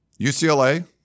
UCLA